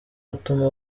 atuma